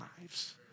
lives